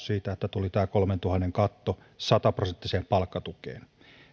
siitä että tuli kolmentuhannen katto sata prosenttiseen palkkatukeen